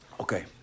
Okay